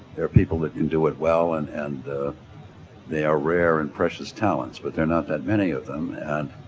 there are people that can do it well and and they are rare and precious talents, but there are not that many of them, and